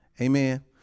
Amen